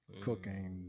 cooking